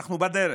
אנחנו בדרך,